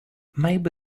maybe